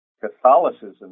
Catholicism